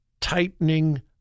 tightening